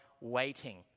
waiting